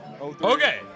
Okay